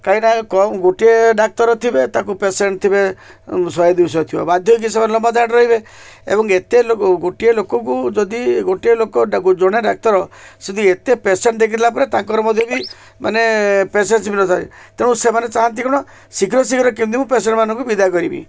କାହିଁକିନା କମ୍ ଗୋଟିଏ ଡାକ୍ତର ଥିବେ ତାକୁ ପେସେଣ୍ଟ ଥିବେ ଶହେ ଦୁଇଶହ ଥିବ ବାଧ୍ୟ ହେଇକି ସେମାନେ ଲମ୍ବା ଧାଡ଼ିରେ ରହିବେ ଏବଂ ଏତେ ଲୋକ ଗୋଟିଏ ଲୋକକୁ ଯଦି ଗୋଟିଏ ଲୋକ ଜଣେ ଡାକ୍ତର ସେ ବି ଏତେ ପେସେଣ୍ଟ ଦେଖିଲା ପରେ ତାଙ୍କର ମଧ୍ୟ ବି ମାନେ ପେସେନ୍ସ ବି ନଥାଏ ତେଣୁ ସେମାନେ ଚାହାଁନ୍ତି କ'ଣ ଶୀଘ୍ର ଶୀଘ୍ର କେମିତି ମୁଁ ପେସେଣ୍ଟମାନଙ୍କୁ ବିଦା କରିବି